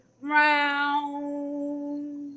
round